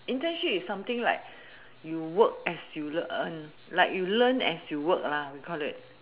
internship is something like you work as you learn like you learn as you work lah we call it